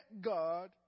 God